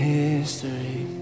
history